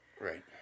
Right